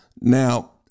Now